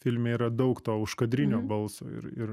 filme yra daug to užkadri balso ir ir